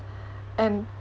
and